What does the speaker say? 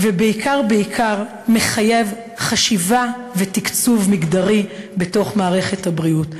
ובעיקר בעיקר מחייב חשיבה ותקצוב מגדרי בתוך מערכת הבריאות.